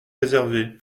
réservées